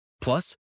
Plus